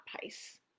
pace